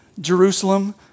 Jerusalem